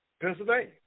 Pennsylvania